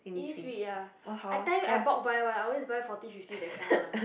Innisfree ya I tell you I bulk buy one I always buy forty fifty that kind one